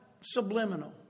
subliminal